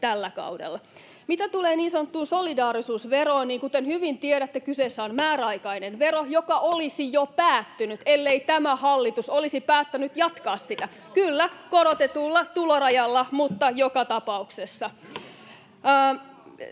tällä kaudella. Mitä tulee niin sanottuun solidaarisuusveroon, niin kuten hyvin tiedätte, kyseessä on määräaikainen vero, joka olisi jo päättynyt, ellei tämä hallitus olisi päättänyt jatkaa sitä. — Kyllä, korotetulla tulorajalla, mutta joka tapauksessa.